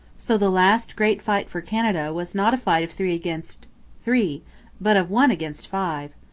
so the last great fight for canada was not a fight of three against three but of one against five.